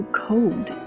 cold